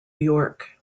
york